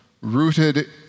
Rooted